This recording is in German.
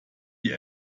die